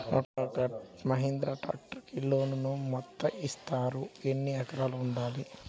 ఒక్క మహీంద్రా ట్రాక్టర్కి లోనును యెంత ఇస్తారు? ఎన్ని ఎకరాలు ఉండాలి?